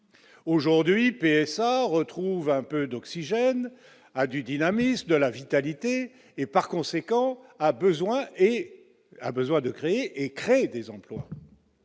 aujourd'hui, PSA, on retrouve un peu d'oxygène à du dynamisme de la vitalité et par conséquent a besoin et a besoin de créer, créer des emplois.